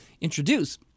introduce